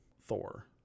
Thor